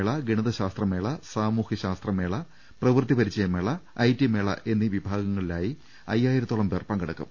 ശാസ്ത്രമേള ഗണിതശാസ്ത്രമേള സാമൂഹ്യശാസ്ത്രമേള പ്രവൃ ത്തിപരിചയമേള ഐടി മേള എന്നീ വിഭാഗങ്ങളിലായി അയ്യായിര ത്തോളം പേർ പങ്കെടുക്കും